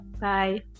bye